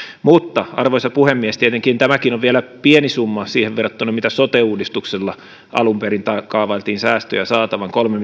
mutta arvoisa puhemies tietenkin tämäkin on vielä pieni summa verrattuna siihen mitä sote uudistuksella alun perin kaavailtiin säästöjä saatavan kolme